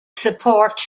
support